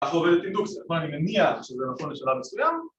‫אנחנו עוברים את אינדוקס, ‫אנחנו עובדים עם 100, ‫אני חושב שזה נכון לשלב מסוים.